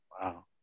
Wow